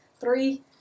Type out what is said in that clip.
three